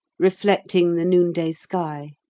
reflecting the noonday sky